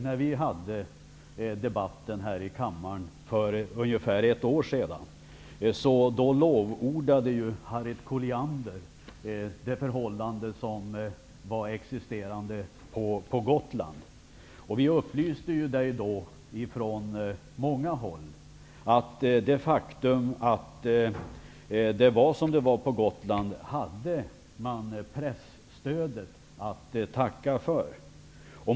När vi hade debatten här i kammaren för ungefär ett år sedan lovordade Harriet Colliander det förhållande som existerar på Gotland. Vi upplyste då från många håll henne om man hade pressstödet att tacka föratt det var som det var på Gotland hade man presstödet att tacka för.